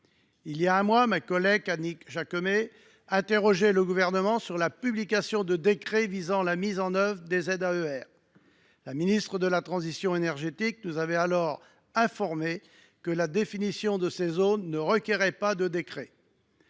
Il y a un mois, ma collègue Annick Jacquemet interrogeait le Gouvernement sur la publication de décrets visant à mettre en œuvre des ZAER. La ministre de la transition énergétique nous avait alors informés que la définition de ces zones ne requérait pas de décrets.